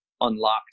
unlocked